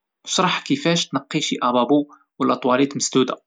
اشرح كيفاش تنقي شي ابابو ولا طواليط مسدودة؟